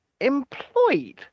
employed